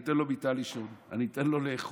שאני אתן לו מיטה לישון ושאני אתן לו לאכול,